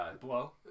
Blow